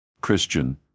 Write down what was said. Christian